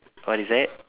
what is that